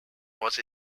was